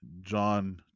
John